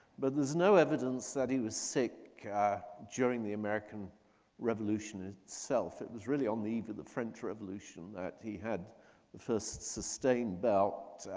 but there's no evidence that he was sick during the american revolution itself. it was really on the eve of the french revolution that he had the first sustained belt